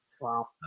wow